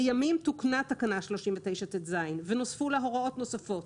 לימים תוקנה תקנה 39טז ונוספו לה הוראות נוספות,